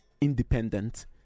independent